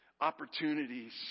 opportunities